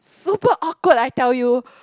super awkward I tell you